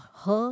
her